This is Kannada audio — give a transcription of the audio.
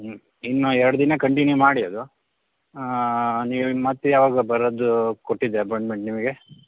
ಇನ್ನೂ ಎರಡು ದಿನ ಕಂಟಿನ್ಯೂ ಮಾಡಿ ಅದು ನೀವಿನ್ನು ಮತ್ತೆ ಯಾವಾಗ ಬರೋದು ಕೊಟ್ಟಿದ್ದೆ ಅಪಾಯಿಂಟ್ಮೆಂಟ್ ನಿಮಗೆ